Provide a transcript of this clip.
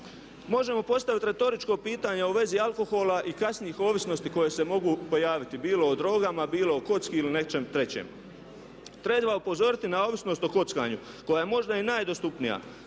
Možemo postaviti retoričko pitanje u vezi alkohola i kasnijih ovisnosti koje se mogu pojaviti bilo o drogama, bilo o kocki ili o nečem trećem. Treba upozoriti na ovisnost o kockanju koja je možda i najdostupnija.